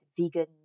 vegan